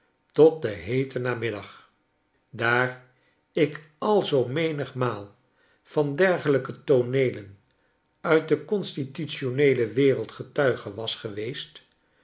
tot den heeten nadenmiddag daar ik al zoo menigmaal van dergelijke tooneelen uit de constitutioneele wereld getuige was geweest